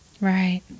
Right